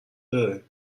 داره